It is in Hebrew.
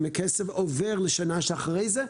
האם הכסף עובר לשנה שאחרי זה?